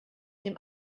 dem